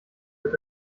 wird